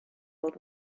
old